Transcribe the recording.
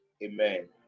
Amen